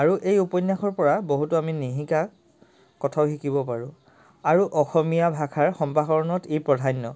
আৰু এই উপন্যাসৰ পৰা বহুতো আমি নিশিকা কথাও শিকিব পাৰোঁ আৰু অসমীয়া ভাষাৰ সম্ভাষণত ই প্ৰধান্য